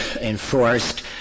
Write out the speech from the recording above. enforced